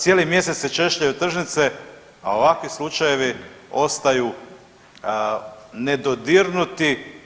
Cijeli mjesec se češljaju tržnice, a ovakvi slučajevi ostaju ne dodirnuti.